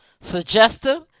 suggestive